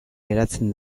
geratzen